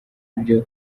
ibyo